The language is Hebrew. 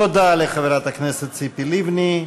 תודה לחברת הכנסת ציפי לבני.